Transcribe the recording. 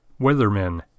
Weathermen